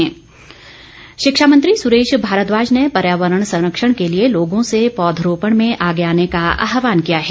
सुरेश भारद्वाज शिक्षामंत्री सुरेश भारद्वाज ने पर्यावरण संरक्षण के लिए लोगों से पौधरोपण में आगे आने का आहवान किया है